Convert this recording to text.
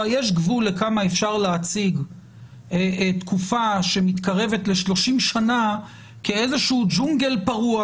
גבול לכמה אפשר להציג תקופה שמתקרבת ל-30 שנה כאיזה שהוא ג'ונגל פרוע.